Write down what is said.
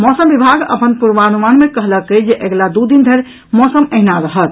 मौसम विभाग अपन पूर्वानुमान मे कहलक अछि जे अगिला दू दिन धरि मौसम अहिना रहत